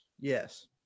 Yes